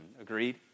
Agreed